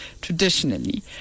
traditionally